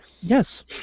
Yes